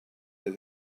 that